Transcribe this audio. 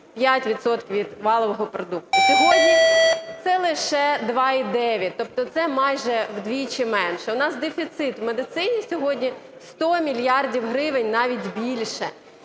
від валового продукту. Сьогодні це лише 2,9, тобто це майже вдвічі менше. У нас дефіцит в медицині сьогодні 100 мільярдів гривень, навіть більше.